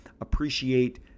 appreciate